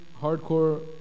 hardcore